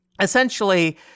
essentially